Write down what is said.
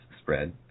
spread